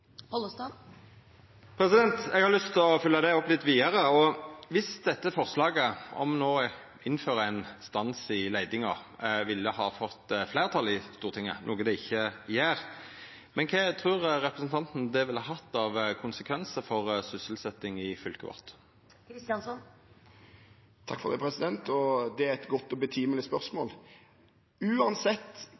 Eg har lyst å følgja det opp litt vidare: Dersom dette forslaget om å innføra ein stans i leitinga hadde fått fleirtal i Stortinget – noko det ikkje gjer – kva trur representanten det ville hatt av konsekvensar for sysselsetjinga i fylket vårt? Det er et godt og betimelig spørsmål. Uansett hva man måtte vedta i denne salen, dukker det